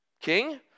king